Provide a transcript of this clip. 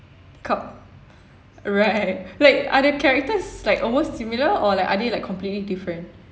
cup~ right like are the characters like almost similar or like are they like completely different